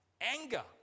anger